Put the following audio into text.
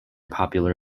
popular